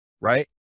right